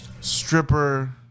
stripper